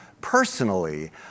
personally